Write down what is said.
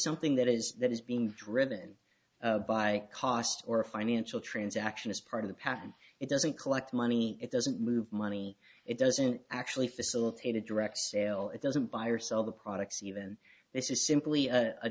something that is that is being driven by cost or a financial transaction it's part of the patent it doesn't collect money it doesn't move money it doesn't actually facilitate a direct sale it doesn't buy or sell the products even this is simply a